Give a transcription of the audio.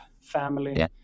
family